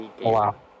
Wow